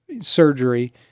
surgery